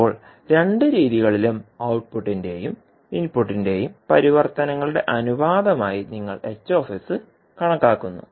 ഇപ്പോൾ രണ്ട് രീതികളിലും ഔട്ട്പുട്ടിന്റെയും ഇൻപുട്ടിൻറെയും പരിവർത്തനങ്ങളുടെ അനുപാതമായി നിങ്ങൾ കണക്കാക്കുന്നു